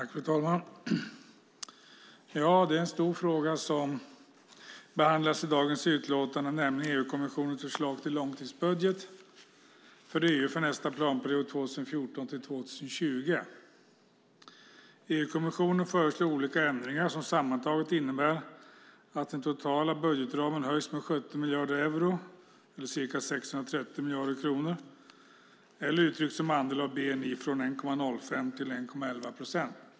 Fru talman! Det är en stor fråga som behandlas i dagens utlåtande, nämligen EU-kommissionens förslag till långtidsbudget för EU för nästa planperiod 2014-2020. EU-kommissionen föreslår olika ändringar som sammantaget innebär att den totala budgetramen höjs med 70 miljarder euro eller ca 630 miljarder kronor eller uttryckt som andel av bni, från 1,05 procent till 1,11 procent.